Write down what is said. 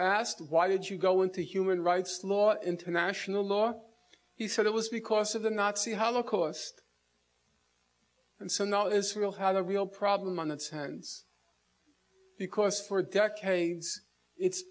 asked why did you go into human rights law international law he said it was because of the nazi holocaust and so now israel had a real problem on its hands because for decades it's